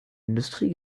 industrie